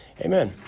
amen